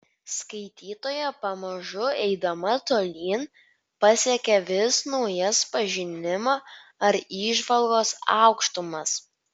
skaitytoja pamažu eidama tolyn pasiekia vis naujas pažinimo ar įžvalgos aukštumas